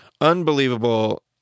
unbelievable